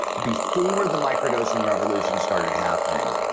before the microdose in revolution started happening,